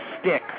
stick